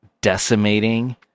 decimating